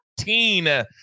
14